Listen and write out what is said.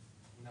העבודה שיש בין